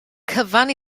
cyfan